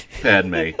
Padme